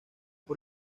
por